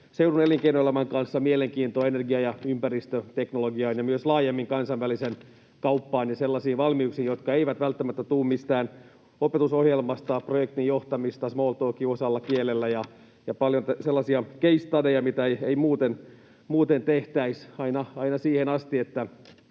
seudun elinkeinoelämän kanssa mielenkiintoa energia- ja ympäristöteknologiaan ja myös laajemmin kansainväliseen kauppaan ja sellaisiin valmiuksiin, jotka eivät välttämättä tule mistään opetusohjelmasta, projektin johtamisesta small talkiin usealla kielellä ja paljon sellaisia case studyja, mitä ei muuten tehtäisi, aina siihen asti,